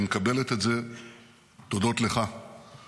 היא מקבלת את זה תודות לך ולידידות